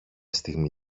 στιγμή